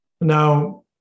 Now